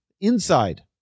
Inside